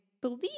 believe